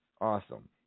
awesome